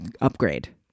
upgrade